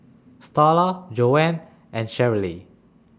Starla Joanne and Cherrelle